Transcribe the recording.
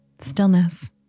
Stillness